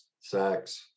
sex